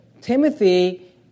Timothy